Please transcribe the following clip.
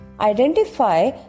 identify